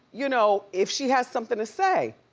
you know if she has something to say,